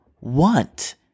want